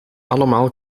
allemaal